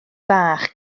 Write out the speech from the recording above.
fach